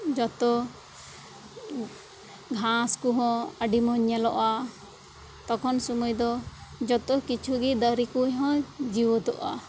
ᱡᱚᱛᱚ ᱜᱷᱟᱸᱥ ᱠᱚᱦᱚᱸ ᱟᱹᱰᱤ ᱢᱚᱡᱽ ᱧᱮᱞᱚᱜᱼᱟ ᱛᱚᱠᱷᱚᱱ ᱥᱩᱢᱟᱹᱭ ᱫᱚ ᱡᱚᱛᱚ ᱠᱤᱪᱷᱩ ᱜᱮ ᱫᱟᱨᱮ ᱠᱚᱦᱚᱸ ᱡᱤᱭᱮᱫᱚᱜᱼᱟ